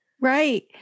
Right